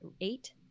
eight